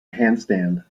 handstand